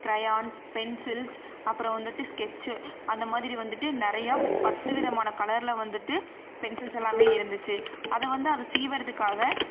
crayons pencils அப்புறம் வந்துவிட்டு sketch அந்த மாதிரி வந்துவிட்டு நிறையா பத்து விதமான கலரில் வந்துவிட்டு பென்சில்ஸ் எல்லாமே இருந்துச்சு அதை வந்து அதை சீவறதுக்காக